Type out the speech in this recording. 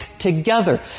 together